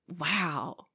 Wow